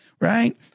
right